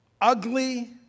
ugly